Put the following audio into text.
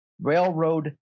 railroad